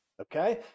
Okay